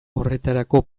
horretarako